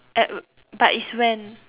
at but is when